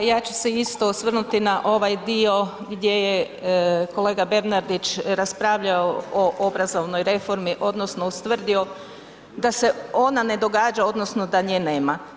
Pa ja ću se isto osvrnuti na ovaj dio gdje je kolega Bernardić raspravljao o obrazovnoj reformi odnosno ustvrdio da se ona ne događa odnosno da nje nema.